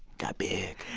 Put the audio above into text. got big?